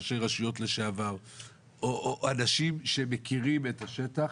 ראשי רשויות לשעבר או אנשים שמכירים את השטח